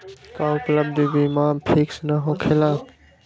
का उपलब्ध बीमा फिक्स न होकेला?